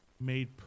made